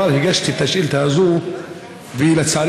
חבריי וחברותיי,